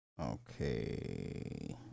Okay